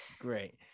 Great